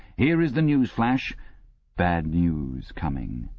here is the newsflash bad news coming,